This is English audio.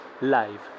Live